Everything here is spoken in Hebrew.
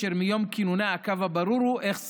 אשר מיום כינונה הקו הברור הוא: איך שורדים.